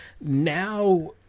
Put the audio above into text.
Now